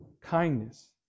kindness